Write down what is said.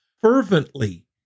fervently